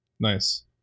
Nice